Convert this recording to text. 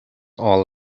all